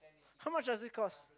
how much does it cost